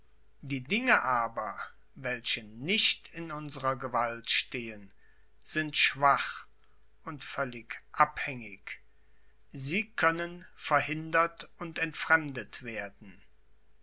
die dinge aber welche nicht in unserer gewalt stehen sind schwach und völlig abhängig sie können verhindert und entfremdet werden